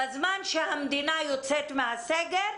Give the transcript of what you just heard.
בזמן שהמדינה יוצאת מהסגר,